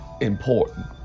important